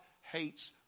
hates